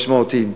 משמעותית.